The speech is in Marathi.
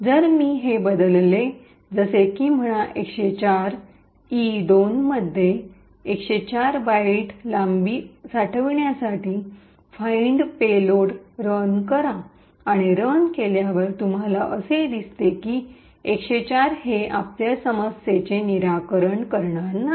जर मी हे बदलले जसेकी म्हणा १०४ ई२ मध्ये १०४ बाइटची लांबी साठवण्यासाठी फाईनड पेलोड रन करा आणि रन केल्यावर तुम्हाला असे दिसते की १०४ हे आपल्या समस्येचे निराकरण करणार नाही